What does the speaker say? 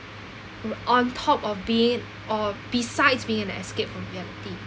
on top of being or besides being an escape from reality